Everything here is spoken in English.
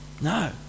No